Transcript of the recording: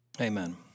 Amen